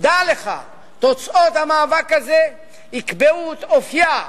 דע לך, תוצאות המאבק הזה יקבעו את אופיה,